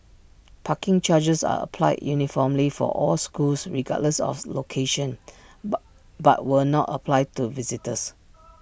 parking charges are applied uniformly for all schools regardless of location but will not apply to visitors